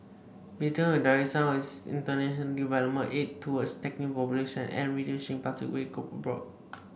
Britain will direct some of its international development aid towards tackling pollution and reducing plastic waste abroad